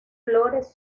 flores